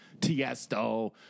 Tiesto